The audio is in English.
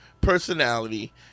personality